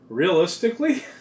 Realistically